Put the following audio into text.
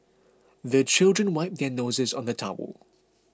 the children wipe their noses on the towel